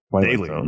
daily